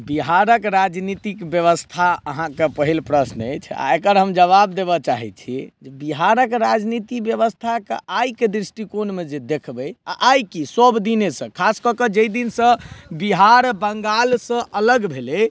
बिहारक राजनीतिक व्यवस्था अहाँके पहिल प्रश्न अछि आओर एकर हम जवाब देबऽ चाहय छी जे बिहारक राजनीतिक व्यवस्थाके आइके दृष्टिकोणमे जे देखबय आओर आइ की सब दिनेसँ खास कऽ कऽ जे दिनसँ बिहार बंगालसँ अलग भेलय